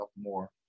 more